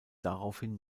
daraufhin